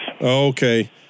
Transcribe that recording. Okay